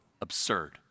absurd